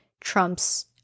trumps